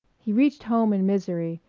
he reached home in misery,